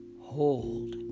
Hold